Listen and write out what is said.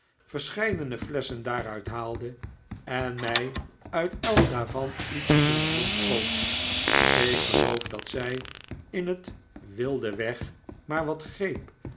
verscheidene flesschen daaruit haalde en mij uit elk daarvan iets in den mond goot ik geloof dat zij in het wilde weg maar wat greep